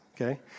okay